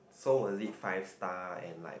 so was it five star and like